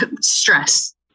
stress